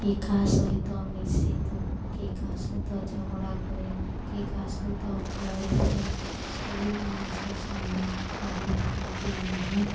କେ କାହା ସହିତ ମିଶି ତୁ କେ କାହା ସହିତ ଝଗଡ଼ା କରେ କେ କାହା ସହିତ ଭଲରେ ଥାଏ ସବୁ ମଣିଷ ସମାନ ରହିଥାନ୍ତି ନାହିଁ